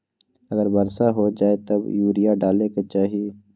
अगर वर्षा हो जाए तब यूरिया डाले के चाहि?